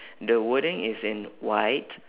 the wording is in white